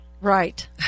Right